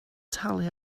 talu